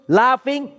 laughing